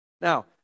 Now